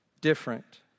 different